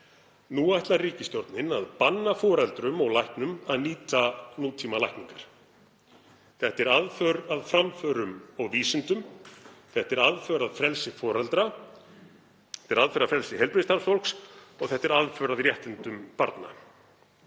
Nú ætlar ríkisstjórnin að banna foreldrum og læknum að nýta nútímalækningar. Þetta er aðför að framförum og vísindum. Þetta er aðför að frelsi foreldra. Þetta er aðför að frelsi heilbrigðisstarfsfólks og þetta er aðför að réttindum barna.